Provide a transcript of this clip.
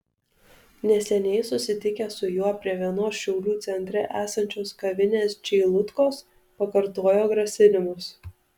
neseniai susitikę su juo prie vienos šiaulių centre esančios kavinės čeilutkos pakartojo grasinimus